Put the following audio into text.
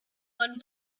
one